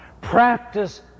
practice